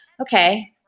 okay